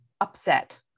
upset